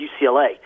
UCLA